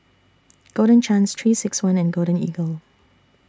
Golden Chance three six one and Golden Eagle